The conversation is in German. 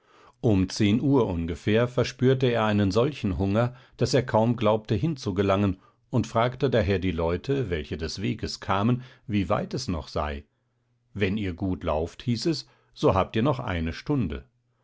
um zehn uhr ungefähr verspürte er einen solchen hunger daß er kaum glaubte hinzugelangen und fragte daher die leute welche des weges kamen wie weit es noch sei wenn ihr gut lauft hieß es so habt ihr noch eine stunde